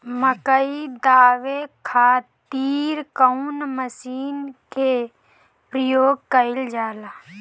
मकई दावे खातीर कउन मसीन के प्रयोग कईल जाला?